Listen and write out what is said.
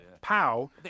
POW